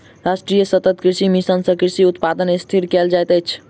राष्ट्रीय सतत कृषि मिशन सँ कृषि उत्पादन स्थिर कयल जाइत अछि